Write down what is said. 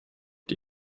die